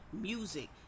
music